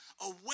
away